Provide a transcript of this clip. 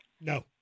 No